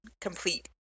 complete